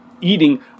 eating